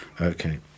Okay